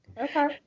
Okay